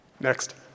Next